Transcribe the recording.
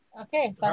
Okay